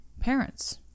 parents